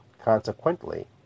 Consequently